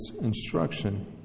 instruction